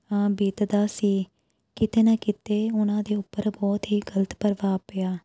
ਬੀਤਦਾ ਸੀ ਕਿਤੇ ਨਾ ਕਿਤੇ ਉਹਨਾਂ ਦੇ ਉੱਪਰ ਬਹੁਤ ਹੀ ਗਲਤ ਪ੍ਰਭਾਵ ਪਿਆ